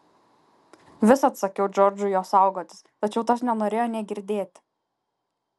visad sakiau džordžui jo saugotis tačiau tas nenorėjo nė girdėti